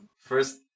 first